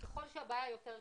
ככל שהבעיה היא יותר קשה,